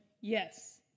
yes